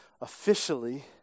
officially